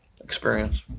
experience